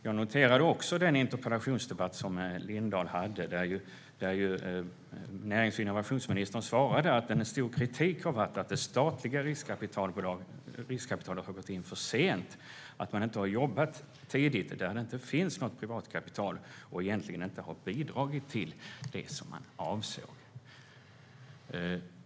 Jag noterade också den interpellationsdebatt Lindahl hade och där närings och innovationsministern svarade att en stor kritik har varit att det statliga riskkapitalet har gått in för sent. Man har inte jobbat tidigt där det inte finns något privatkapital, och man har egentligen inte bidragit till det man avsett att bidra till.